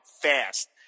fast